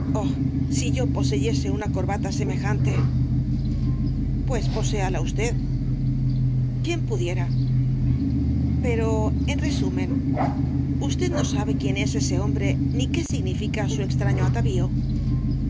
si yo poseyese una corbata semejante pues poséala usted quién pudiera pero en resumen usted no sabe quién es ese hombre ni qué significa su extraño atavío